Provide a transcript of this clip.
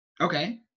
Okay